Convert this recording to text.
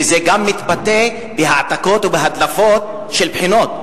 וזה גם מתבטא בהעתקות ובהדלפות של בחינות.